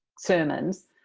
sermons,